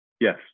Yes